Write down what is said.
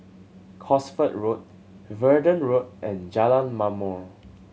Cosford Road Verdun Road and Jalan Ma'mor